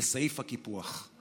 לסעיף הקיפוח: